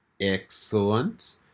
Excellent